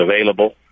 available